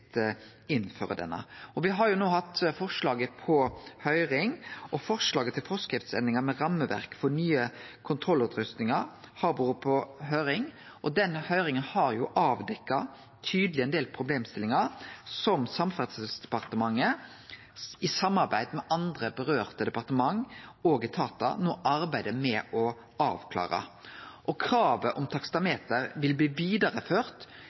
har no hatt forslaget på høyring, forslaget til forskriftsendringar med rammeverk for nye kontrollutrustingar har vore på høyring. Den høyringa har tydeleg avdekt ein del problemstillingar som Samferdselsdepartementet, i samarbeid med andre departement og etatar det vedkjem, no arbeider med å avklare. Kravet om taksameter vil bli vidareført